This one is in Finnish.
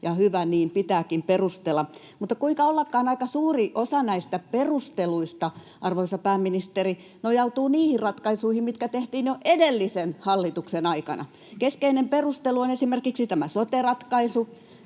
hyvä niin, pitääkin perustella, mutta kuinka ollakaan aika suuri osa näistä perusteluista, arvoisa pääministeri, nojautuu niihin ratkaisuihin, mitkä tehtiin jo edellisen hallituksen aikana. Keskeinen perustelu on esimerkiksi tämä sote-ratkaisu,